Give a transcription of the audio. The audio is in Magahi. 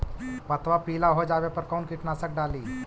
पतबा पिला हो जाबे पर कौन कीटनाशक डाली?